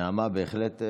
נעמה, בהחלט,